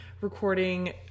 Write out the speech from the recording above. recording